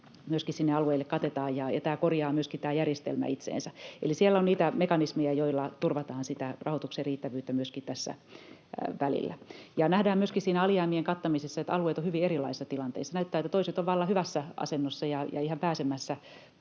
myöskin sinne alueille katetaan, ja tämä järjestelmä korjaa myöskin itseänsä. Eli siellä on niitä mekanismeja, joilla turvataan sitä rahoituksen riittävyyttä myöskin tässä välillä. Nähdään myöskin siinä alijäämien kattamisessa, että alueet ovat hyvin erilaisissa tilanteissa. Näyttää, että toiset ovat vallan hyvässä asennossa ja ihan pääsemässä